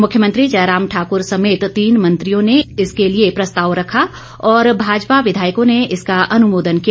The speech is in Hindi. मुख्यमंत्री जयराम ठाकर समेत तीन मंत्रियों ने इसके लिए प्रस्ताव रखा और भाजपा विधायकों ने इसका अनुमोदन किया